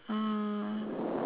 uh